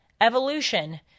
evolution